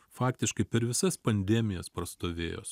faktiškai per visas pandemijas prastovėjo